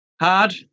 Hard